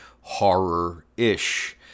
horror-ish